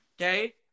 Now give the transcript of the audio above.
okay